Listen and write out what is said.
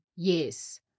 Yes